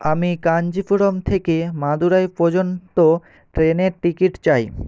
আমি কাঞ্চিপুরম থেকে মাদুরাই পর্যন্ত ট্রেনের টিকিট চাই